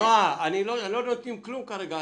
נועה, לא נותנים כלום כרגע.